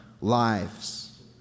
lives